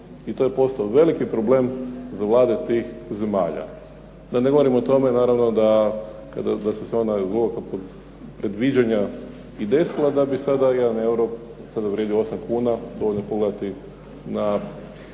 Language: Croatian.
I to je postao veliki problem za vlade tih zemalja. Da ne govorim o tome naravno da su se ona zloguka predviđanja i desila, da bi sada jedan euro, sada vrijedio 8 kuna, dovoljno pogledati na